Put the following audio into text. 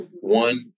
one